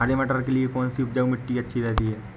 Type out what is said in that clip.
हरे मटर के लिए कौन सी उपजाऊ मिट्टी अच्छी रहती है?